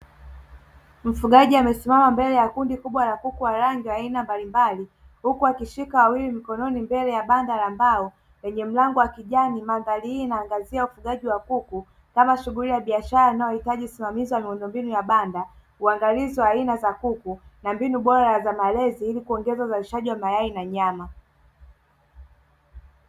Mfugaji amesimama mbele ya kundi kubwa la kuku wa rangi wa aina mbalimbali, huku akishika wawili mbele ya banda la mbao lenye mlango wa kijani. Mandhari hii inaangazia ufugaji wa kuku kama shughuli ya biashara inayohitaji usimamizi wa miundombinu ya banda. Uangalizi wa aina za kuku na mbinu bora za malezi ili kuongeza uzalishaji wa mayai na nyama.